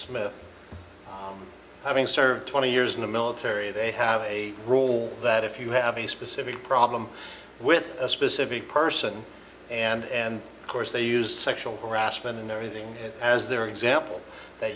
smith having served twenty years in the military they have a role that if you have a specific problem with a specific person and of course they use sexual harassment and everything as their example that